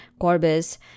Corbis